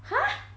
!huh!